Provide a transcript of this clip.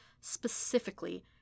specifically